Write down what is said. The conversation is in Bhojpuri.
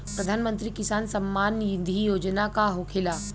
प्रधानमंत्री किसान सम्मान निधि योजना का होखेला?